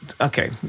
okay